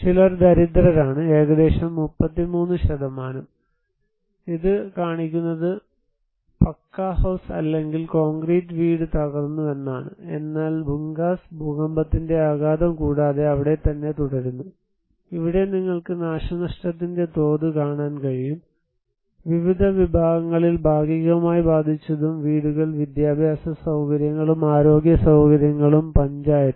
ചിലർ ദരിദ്രരാണ് ഏകദേശം 33 ഇത് കാണിക്കുന്നത് പക്ക ഹൌസ് അല്ലെങ്കിൽ കോൺക്രീറ്റ് വീട് തകർന്നുവെന്നാണ് എന്നാൽ ഭൂഗാസ് ഭൂകമ്പത്തിന്റെ ആഘാതം കൂടാതെ അവിടെത്തന്നെ തുടരുന്നു ഇവിടെ നിങ്ങൾക്ക് നാശനഷ്ടത്തിന്റെ തോത് കാണാൻ കഴിയും വിവിധ വിഭാഗങ്ങളിൽ ഭാഗികമായി ബാധിച്ചതും വീടുകൾ വിദ്യാഭ്യാസ സൌകര്യങ്ങളും ആരോഗ്യ സൌകര്യങ്ങളും പഞ്ചായത്തും